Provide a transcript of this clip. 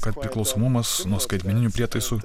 kad priklausomumas nuo skaitmeninių prietaisų